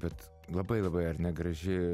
bet labai labai ar ne graži